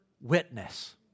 witness